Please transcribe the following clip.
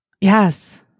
Yes